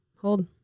hold